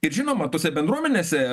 ir žinoma tose bendruomenėse